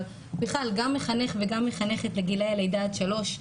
אבל בכלל גם מחנך וגם מחנכת לגילאי לידה עד שלוש,